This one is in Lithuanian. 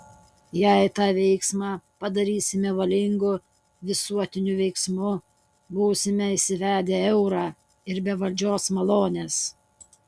jei tą veiksmą padarysime valingu visuotiniu veiksmu būsime įsivedę eurą ir be valdžios malonės